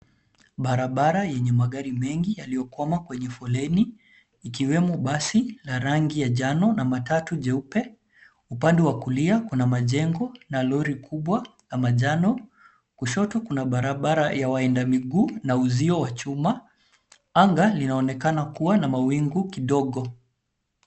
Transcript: Barabara yenye magari mengi yaliyokwama kwenye foleni ikiwemo basi la rangi ya njano na matatu jeupe. Upande wa kulia, kuna majengo na lori kubwa la manjano, kushoto kuna barabara ya waenda miguu na uzio wa chuma. Anga linaonekana kuwa na mawingu kidogo.